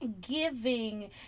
giving